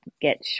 get